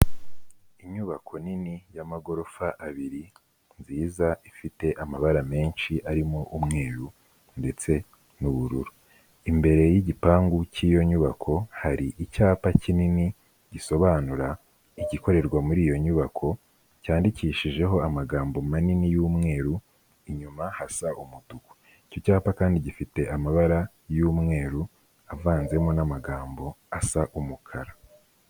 Inyubako nini y'amagorofa abiri, nziza ifite amabara menshi arimo umweru ndetse n'ubururu, imbere y'igipangu cyiyo nyubako, hari icyapa kinini gisobanura igikorerwa muri iyo nyubako, cyandikishijeho amagambo manini y'umweru, inyuma hasa umutuku, icyo cyapa kandi gifite amabara y'umweru avanzemo n'amagambo asa umukara.